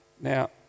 Now